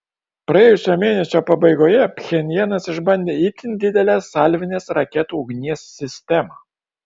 praėjusio mėnesio pabaigoje pchenjanas išbandė itin didelę salvinės raketų ugnies sistemą